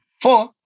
Four